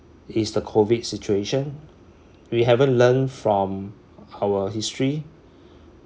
is the COVID situation we haven't learn from our history